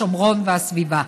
השומרון והסביבה.